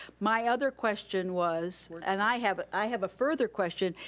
my other question was, and i have i have a further question,